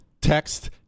text